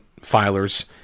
filers